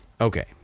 okay